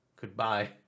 Goodbye